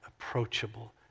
approachable